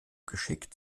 geschickt